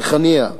ריחנייה,